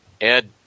Ed